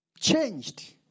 changed